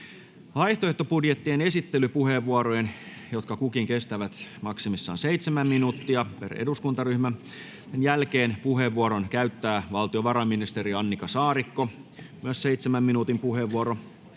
Vaihtoehtobudjettien esittelypuheenvuorojen, joista kukin kestää maksimissaan seitsemän minuuttia per eduskuntaryhmä, jälkeen puheenvuoron käyttää valtiovarainministeri Annika Saarikko, myös tämä on seitsemän minuutin puheenvuoro.